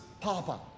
Papa